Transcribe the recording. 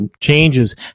changes